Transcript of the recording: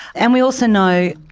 and we also know,